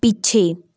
ਪਿੱਛੇ